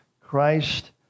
Christ